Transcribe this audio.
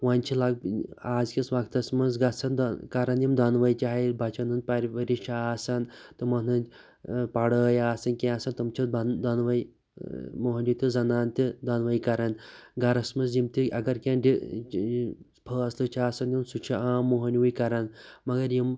ۄونی چھُ لگ اَز کِس وَقتَس منٛز گَژھان کَران مےٚ دۄنوٕے چاہے بَچَن ہُنٛد پَرؤرِش چھِ آسان تِمَن ہُنٛد پَڑٲے آسان کیٚنٛہہ آسان تِمہٕ چھِ دۄنوٕے مۅہنِیٛوٗ تہٕ زَنان تہِ دۄنوٕے کَران گَرَس منٛز یِم تہِ اَگَر کیٚنٛہہ فٲصلہٕ چھُ آسان نِیُن سُہ چھُ عام مۅہنِیٛوٕے کَران مَگَر یِم